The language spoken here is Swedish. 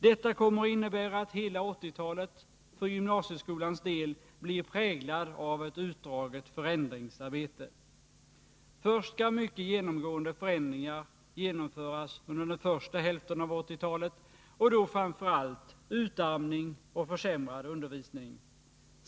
Detta kommer att innebära att hela 1980-talet för gymnasieskolans del blir präglat av ett utdraget förändringsarbete. Först skall mycket genomgripande förändringar genomföras under den första hälften av 1980-talet, och då framför allt utarmning och försämrad undervisning.